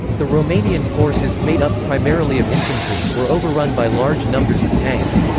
the romanian forces, made up primarily of infantry, were overrun by large numbers of tanks.